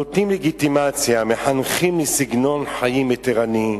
נותנים לגיטימציה, מחנכים לסגנון חיים מתירני,